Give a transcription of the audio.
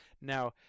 Now